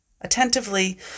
attentively